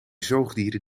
zoogdieren